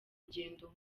rugendo